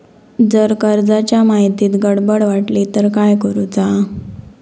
जर कर्जाच्या माहितीत गडबड वाटली तर काय करुचा?